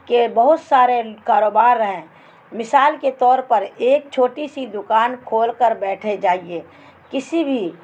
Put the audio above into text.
کے بہت سارے کاروبار ہیں مثال کے طور پر ایک چھوٹی سی دکان کھول کر بیٹھے جائیے کسی بھی